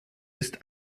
ist